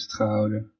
gehouden